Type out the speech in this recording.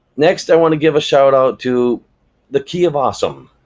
next, i want to give a shout-out to the key of awesome,